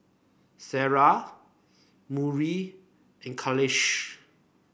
Sarah Murni and Khalish